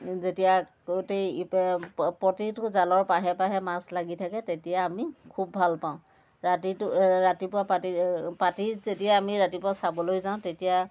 যেতিয়া গোটেই প্ৰতিটো জালৰ পাহে পাহে মাছ লাগি থাকে তেতিয়া আমি খুব ভাল পাওঁ ৰাতিটো অ ৰাতিপুৱা পাতি পাতি যেতিয়া আমি ৰাতিপুৱা চাবলৈ যাওঁ তেতিয়া